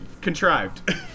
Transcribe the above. contrived